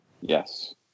Yes